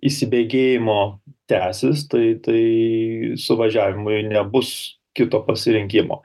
įsibėgėjimo tęsis tai tai suvažiavimui nebus kito pasirinkimo